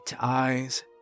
eyes